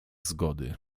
zgody